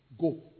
Go